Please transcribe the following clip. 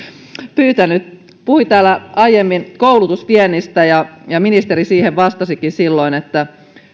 pyytänyt puhuin täällä aiemmin koulutusviennistä ja ja ministeri siihen vastasikin silloin että